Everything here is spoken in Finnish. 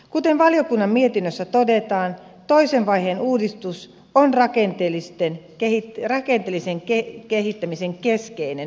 kuten valiokunnan mietinnössä todetaan toisen vaiheen uudistus on rakenteellisen kehittämisen keskeinen osio